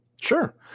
Sure